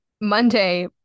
monday